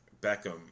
Beckham